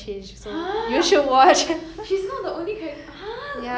那个 producers 他们在做什么 ah 为什么没有 contract 的不可以